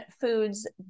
foods